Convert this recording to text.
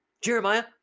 Jeremiah